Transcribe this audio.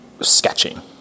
sketching